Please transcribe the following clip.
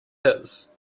his